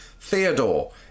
Theodore